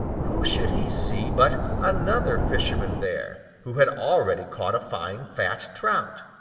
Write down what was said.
who should he see but another fisherman there, who had already caught a fine fat trout.